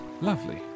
Lovely